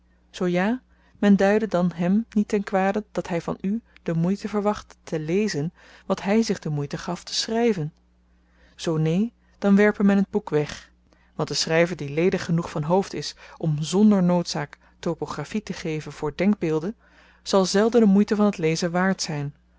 zoo ja men duide dan hèm niet ten kwade dat hy van u de moeite verwacht te lezen wat hy zich de moeite gaf te schryven zoo neen dan werpe men t boek weg want de schryver die ledig genoeg van hoofd is om zonder noodzaak topografie te geven voor denkbeelden zal zelden de moeite van t lezen waard zyn